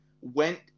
went